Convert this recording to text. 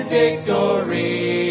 victory